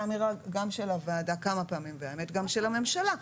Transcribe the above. אמירה גם של הוועדה כמה פעמים והאמת גם של הממשלה,